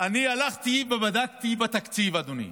אני הלכתי ובדקתי בתקציב, אדוני,